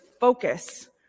focus